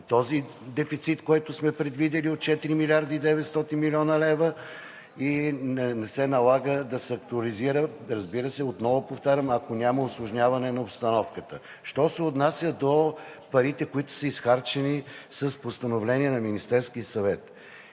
този дефицит, който сме предвидили от 4 млрд. 900 млн. лв., и не се налага да се актуализира. Разбира се, отново повтарям, ако няма усложняване на обстановката. Що се отнася до парите, които са изхарчени с постановление на Министерския съвет,